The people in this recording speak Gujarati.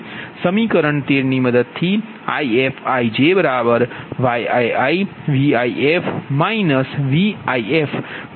સમીકરણ 13 ની મદદથી IfijyijVif Vjf ગણી શકાય છે